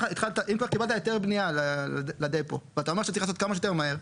אם כבר קיבלת היתר בנייה לדפו ואתה אומר שצריך לעשות כמה שיותר מהר,